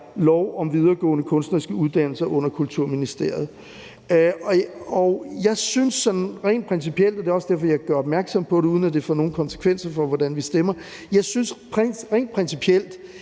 lov om videregående kunstneriske uddannelser under Kulturministeriet. Jeg synes sådan rent principielt – og det er også derfor, jeg gør opmærksom på det, uden at det får nogen konsekvenser for, hvordan vi stemmer – at lovforslag,